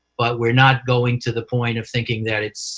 but we're not going to the point of thinking that it's